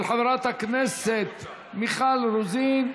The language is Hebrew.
של חברת הכנסת מיכל רוזין.